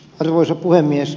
arvoisa puhemies